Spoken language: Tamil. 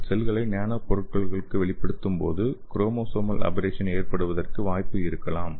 நீங்கள் செல்களை நானோ பொருட்களுக்கு வெளிப்படுத்தும்போது குரோமோசோமால் அபெரேசன் எற்படுவதற்கு வாய்ப்பு இருக்கலாம்